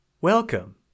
Welcome